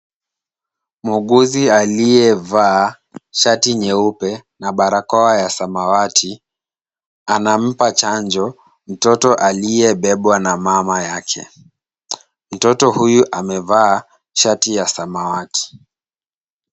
Muuguzi aliyevaa shati nyeupe na barakoa ya samawati anampa chanjo mtoto aliyebebwa na mama yake. Mtoto huyu amevaa shati ya samawati.